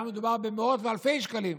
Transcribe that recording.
שם מדובר במאות ואלפי שקלים,